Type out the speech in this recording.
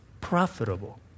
profitable